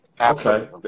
Okay